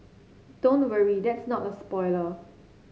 don't worry that's not a spoiler